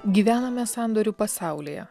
gyvename sandorių pasaulyje